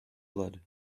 blood